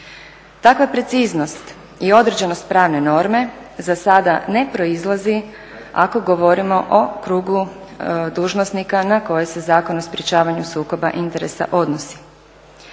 Takva preciznost i određenost pravne norme za sada ne proizlazi ako govorimo o krugu dužnosnika na koje se Zakon o sprječavanju sukoba interesa odnosi.